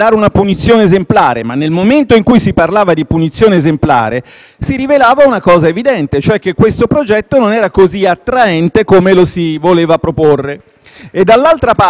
si rivelava una cosa evidente, cioè che questo progetto non era così attraente come lo si voleva proporre. *(Applausi dai